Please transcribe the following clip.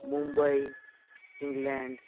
Mumbai England